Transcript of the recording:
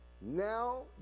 Now